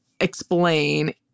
explain